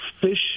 fish